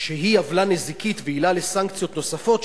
כשהיא עוולה נזיקית ועילה לסנקציות נוספות,